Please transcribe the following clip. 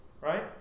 Right